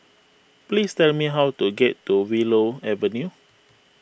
please tell me how to get to Willow Avenue